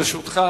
לרשותך